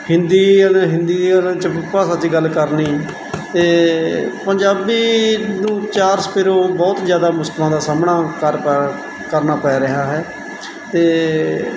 ਹਿੰਦੀ ਅਤੇ ਹਿੰਦੀ 'ਚ ਭਾਸ਼ਾ 'ਚ ਗੱਲ ਕਰਨੀ ਅਤੇ ਪੰਜਾਬੀ ਨੂੰ ਚਾਰ ਸਪੇਰੋਂ ਬਹੁਤ ਜ਼ਿਆਦਾ ਮੁਸ਼ਕਿਲਾਂ ਦਾ ਸਾਹਮਣਾ ਕਰ ਪੈ ਕਰਨਾ ਪੈ ਰਿਹਾ ਹੈ ਅਤੇ